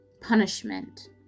punishment